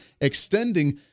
extending